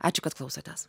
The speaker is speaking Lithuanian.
ačiū kad klausotės